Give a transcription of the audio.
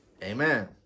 Amen